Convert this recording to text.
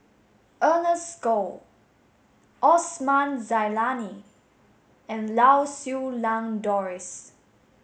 Ernest Goh Osman Zailani and Lau Siew Lang Doris